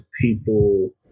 people